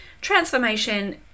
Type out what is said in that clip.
transformation